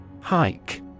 Hike